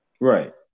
right